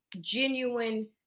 genuine